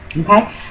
Okay